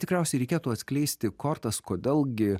tikriausiai reikėtų atskleisti kortas kodėl gi